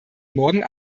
morgen